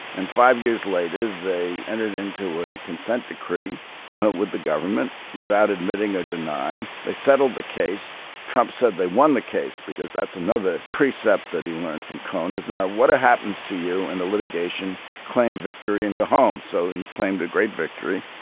and five years later they entered into a consent decree with the government without admitting or denying they settled the case trump said they won the case because that's another precept that he learned from cohn. isn't that what happens to you in the litigation claim victory and go home. so he claimed a great victory.